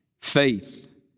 faith